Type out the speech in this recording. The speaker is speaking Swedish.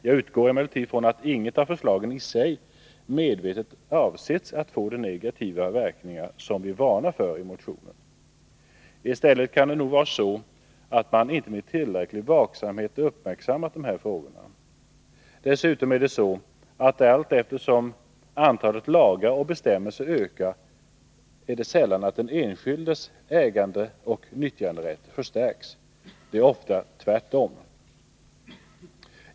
Jag utgår ifrån att inget av förslagen medvetet avsetts få de negativa verkningar som vi varnar för i motionen. I stället kan det vara så att man inte tillräckligt uppmärksamt följt dessa frågor. Dessutom är det så att när antalet lagar och bestämmelser ökar, förstärks sällan den enskildes ägandeoch nyttjanderätt. Det är ofta tvärtom.